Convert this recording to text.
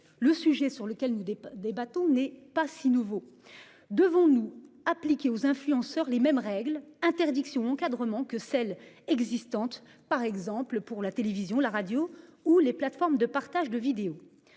le sujet sur lequel nous des des bâtons n'est pas si nouveau, devons-nous appliqué aux influenceurs les mêmes règles, interdictions encadrement que celles existantes, par exemple pour la télévision, la radio ou les plateformes de partage de vidéos.